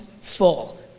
full